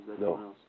No